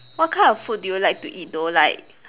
what kind of food do you like to eat though like